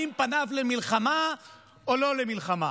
האם פניו למלחמה או לא למלחמה.